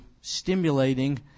stimulating